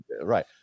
right